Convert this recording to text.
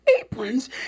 aprons